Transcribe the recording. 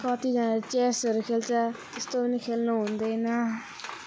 कतिजनाले चेसहरू खेल्छ त्यस्तो पनि खेल्नु हुँदैन